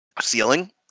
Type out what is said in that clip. ceiling